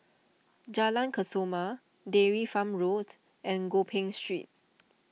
Jalan Kesoma Dairy Farm Road and Gopeng Street